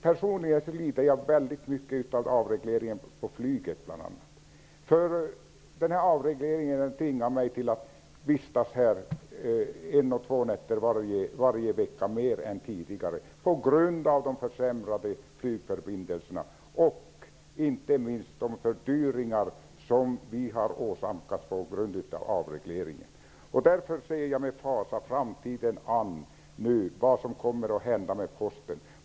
Personligen lider jag väldigt mycket av avregleringen av flyget. Den tvingar mig att vistas i Stockholm en eller två nätter mer än tidigare i veckan på grund av de försämrade flygförbindelserna. Jag lider också av de fördyringar som vi har åsamkats på grund av avregleringen. Därför ser jag framtiden an med fasa vad gäller Posten.